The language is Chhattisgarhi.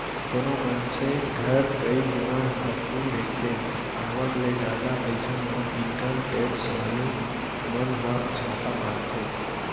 कोनो मनसे घर कई गुना संपत्ति रहिथे आवक ले जादा अइसन म इनकम टेक्स वाले मन ह छापा मारथे